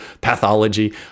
pathology